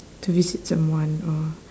to visit someone or